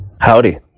Howdy